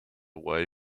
while